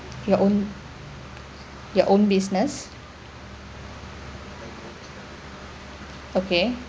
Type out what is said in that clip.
your own your own business okay